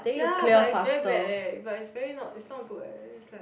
ya but it's very bad eh but it's very not it's not good eh then it's like